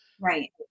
Right